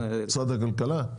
משרד הכלכלה?